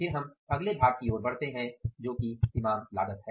फिर हम अगले भाग की ओर बढ़ते है जो सीमांत लागत है